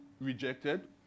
rejected